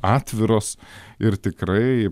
atviros ir tikrai